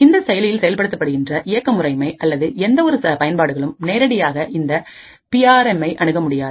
இந்த செயலியில் செயல்படுத்தப்படுகின்றன இயக்க முறைமை அல்லது எந்த ஒரு பயன்பாடுகளும் நேரடியாக இந்த பி ஆர் எம்ஐ அணுகமுடியாது